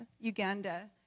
Uganda